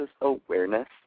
awareness